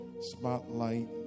spotlight